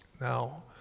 Now